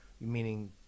meaning